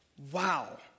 wow